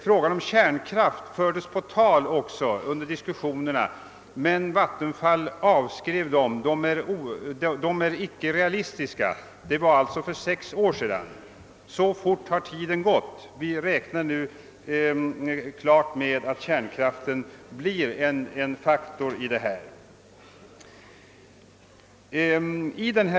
Frågan om kärnkraften fördes också på tal under diskussionerna, men Vattenfall avförde den frågan som orealistisk. Detta var alltså för sex år sedan; så fort har utvecklingen gått. Vi räknar nu på allvar med att kärnkraften blir en betydande faktor i vår kraftförsörjning.